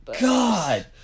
God